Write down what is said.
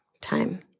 time